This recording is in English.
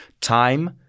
time